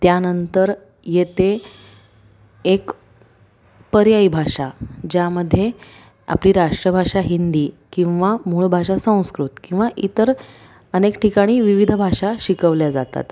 त्यानंतर येते एक पर्यायी भाषा ज्यामध्ये आपली राष्ट्रभाषा हिंदी किंवा मूळ भाषा संस्कृत किंवा इतर अनेक ठिकाणी विविध भाषा शिकवल्या जातात